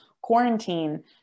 quarantine